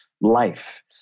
life